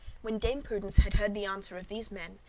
when dame prudence had heard the answer of these men,